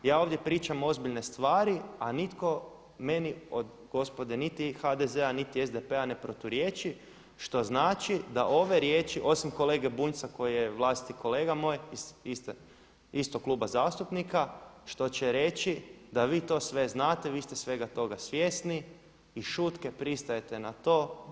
Ja ovdje pričam ozbiljne stvari a nitko meni od gospode niti HDZ-a, niti SDP-a ne proturječi što znači da ove riječi, osim kolege Bunjca koji je vlastiti kolega moj, iz istog kluba zastupnika što će reći da vi to sve znate, vi ste svega toga svjesni i šutke pristajete na to.